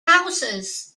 houses